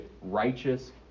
righteous